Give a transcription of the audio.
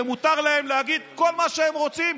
ומותר להם להגיד כל מה שהם רוצים,